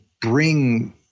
bring